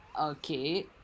Okay